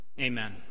Amen